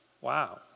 Wow